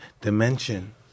dimension